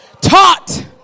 Taught